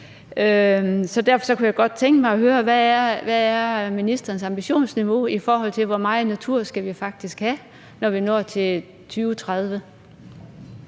Så derfor kunne jeg godt tænke mig at høre, hvad ministerens ambitionsniveau er, i forhold til hvor meget natur vi faktisk skal have, når vi når til 2030.